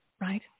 right